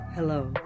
Hello